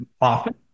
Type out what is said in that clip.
often